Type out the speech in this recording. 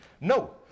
No